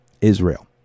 Israel